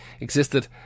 existed